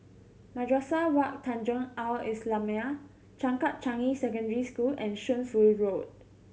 Madrasah Wak Tanjong Al Islamiah Changkat Changi Secondary School and Shunfu Road